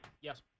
Yes